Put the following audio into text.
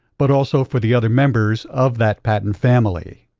but also for the other members of that patent family.